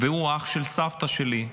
הוא אח של סבתא שלי,